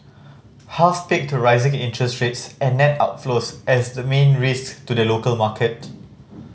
half picked rising interest rates and net outflows as the main risk to the local market